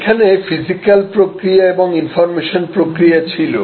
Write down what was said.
সেখানে ফিজিক্যাল প্রক্রিয়া এবং ইনফর্মেশন প্রক্রিয়া ছিল